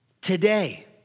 today